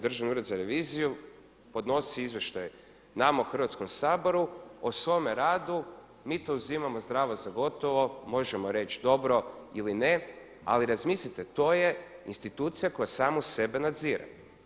Državni ured za reviziju podnosi izvještaj nama u Hrvatskom saboru o svome radu, mi to uzimamo zdravo za gotovo, možemo reći dobro ili ne ali razmislite, to je institucija koja sama sebe nadzire.